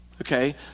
okay